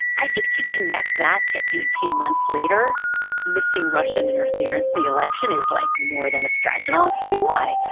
i think to connect that to eighteen months later missing russian interference, the election, is, like, more than a stretch. and i'll explain why.